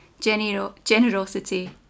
generosity